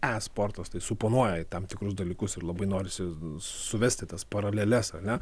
e sportas tai suponuoja tam tikrus dalykus ir labai norisi suvesti tas paraleles ar ne